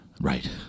Right